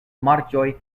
marĉoj